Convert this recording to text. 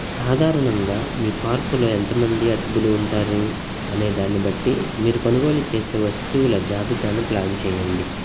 సాధారణంగా మీ పార్కులో ఎంత మంది అతిథులు ఉంటారు అనే దాన్ని బట్టి మీరు కొనుగోలు చేసే వస్తువుల జాబితాను ప్ల్యాన్ చెయ్యండి